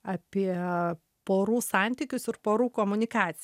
apie porų santykius ir porų komunikacija